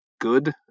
good